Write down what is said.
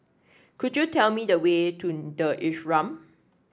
could you tell me the way to the Ashram